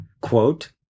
Quote